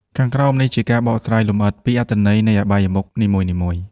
ខាងក្រោមនេះជាការបកស្រាយលម្អិតពីអត្ថន័យនៃអបាយមុខនីមួយៗ។